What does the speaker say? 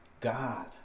God